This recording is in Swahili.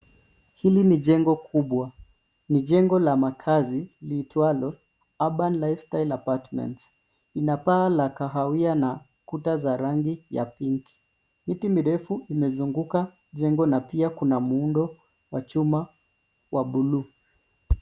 Hili ni jengo kubwa ni jengo la makazi liitwalo urban lifestyle apartment ina paa ya kahawia na kuta za rangi ya pinki, miti mirefu imezungunga jengo na pia kuna muundo wa chuma wa bluu.